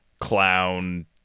clown